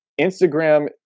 Instagram